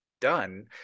done